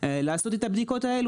לעשות את הבדיקות האלה.